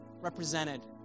represented